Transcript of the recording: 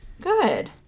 good